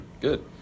Good